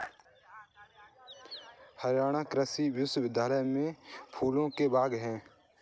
हरियाणा कृषि विश्वविद्यालय में फूलों के बाग हैं